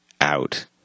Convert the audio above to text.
out